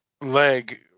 leg